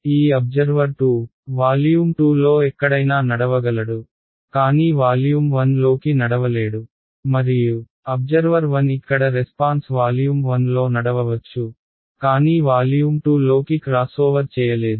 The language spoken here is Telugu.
ఈ అబ్జర్వర్ 2 వాల్యూమ్ 2 లో ఎక్కడైనా నడవగలడు కానీ వాల్యూమ్ 1 లోకి నడవలేడు మరియు అబ్జర్వర్ 1 ఇక్కడ రెస్పాన్స్ వాల్యూమ్ 1 లో నడవవచ్చు కానీ వాల్యూమ్ 2 లోకి క్రాస్ఓవర్ చేయలేదు